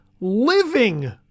living